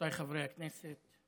רבותיי חברי הכנסת,